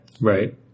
Right